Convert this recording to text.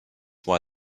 why